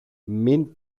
μην